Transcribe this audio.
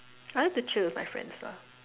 I like to chill with my friends lah